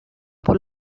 por